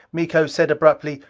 miko said abruptly,